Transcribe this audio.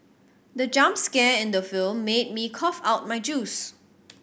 the jump scare in the film made me cough out my juice